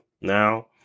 now